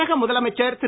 தமிழக முதலமைச்சர் திரு